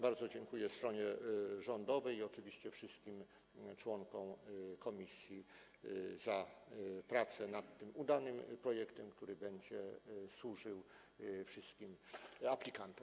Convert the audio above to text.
Bardzo dziękuję stronie rządowej i oczywiście wszystkim członkom komisji za prace nad tym udanym projektem, który będzie służył wszystkim aplikantom.